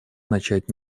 начать